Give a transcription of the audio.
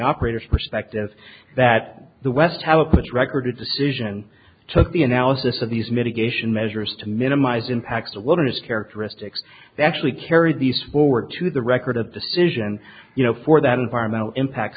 operator's perspective that the west how it was record decision took the analysis of these mitigation measures to minimise impacts of wilderness characteristics they actually carried these forward to the record of decision you know for that environmental impact